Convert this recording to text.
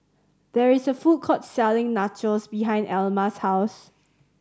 there is a food court selling Nachos behind Elma's house